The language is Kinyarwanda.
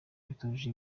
bitujuje